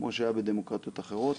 כמו שהיה בדמוקרטיות אחרות,